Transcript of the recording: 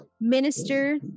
minister